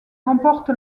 remporte